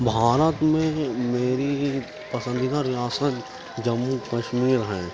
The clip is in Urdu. بھارت میں ہی میری ہی پسندیدہ ریاست جموں کشمیر ہیں